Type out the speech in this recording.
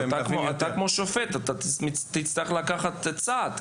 אתה כמו שופט; אתה תצטרך לקחת צד.